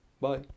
bye